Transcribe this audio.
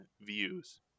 views